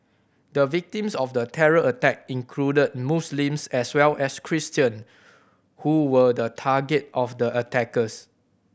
the victims of the terror attack included Muslims as well as Christian who were the target of the attackers